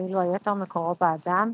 ואילו היתר מקורו באדם.